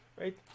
right